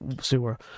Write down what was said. sewer